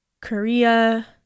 Korea